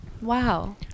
wow